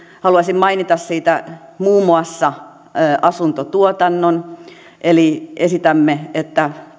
haluaisin mainita siitä muun muassa asuntotuotannon eli esitämme että